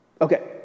Okay